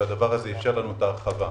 והדבר הזה אפשר לנו את ההרחבה.